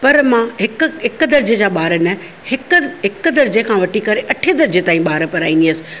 पर मां हिकु हिकु दर्जे जा ॿार न हिकु हिकु दर्जे खां वठी करे अठे दर्जे ताईं ॿार पढ़ाईंदी हुयसि